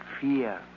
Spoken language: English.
fear